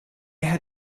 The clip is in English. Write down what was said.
had